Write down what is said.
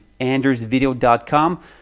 andersvideo.com